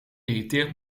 irriteert